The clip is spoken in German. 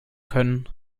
können